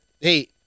hey